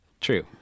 True